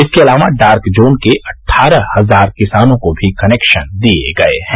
इसके अलावा dark zone के अट्ठावन हजार किसानों को भी कनेक्शन दिये गये हैं